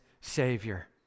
savior